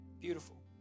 Beautiful